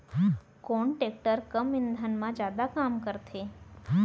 कोन टेकटर कम ईंधन मा जादा काम करथे?